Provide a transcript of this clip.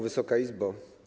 Wysoka Izbo!